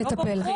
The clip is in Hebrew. נטפל.